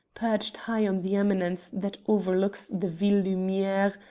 perched high on the eminence that overlooks the ville lumiere,